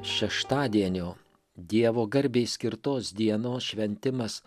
šeštadienio dievo garbei skirtos dienos šventimas